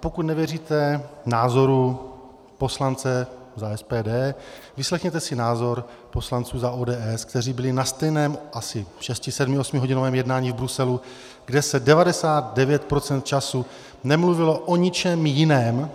Pokud nevěříte názoru poslance za SPD, vyslechněte si názor poslanců za ODS, kteří byli na stejném, asi šesti sedmi osmihodinovém jednání v Bruselu, kde se 99 % času nemluvilo o ničem jiném,